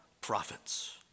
prophets